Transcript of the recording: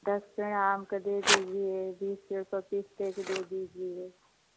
दस का आम का दे दीजिए बीस रुपये पपीते के दे दीजिए